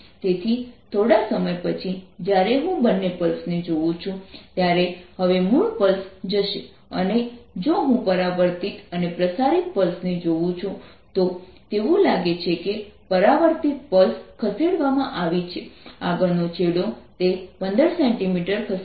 તેથી થોડા સમય પછી જ્યારે હું બંને પલ્સને જોઉં છું ત્યારે હવે મૂળ પલ્સ જશે અને જો હું પરાવર્તિત અને પ્રસારિત પલ્સને જોઉં છું તો તેવું લાગે છે કે પરાવર્તિત પલ્સ ખસેડવામાં આવી છે આગળનો છેડો તે 15 cm ખસેડ્યું છે